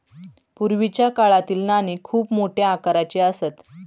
पूर्वीच्या काळातील नाणी खूप मोठ्या आकाराची असत